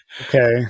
Okay